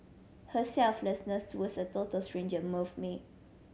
her selflessness towards a total stranger moved me